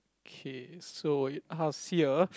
okay so uh how's here